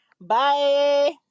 Bye